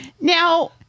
Now